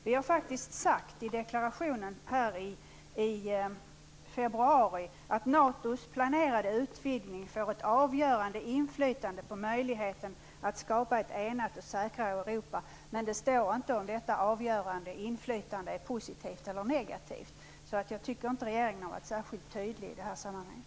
Vi har i deklarationen i februari faktiskt sagt att NATO:s planerade utvidning får ett avgörande inflytande på möjligheterna att skapa ett enat och säkrare Europa, men det står inte om detta avgörande inflytande är positivt eller negativt. Jag tycker alltså inte att regeringen har varit särskilt tydlig i det här sammanhanget.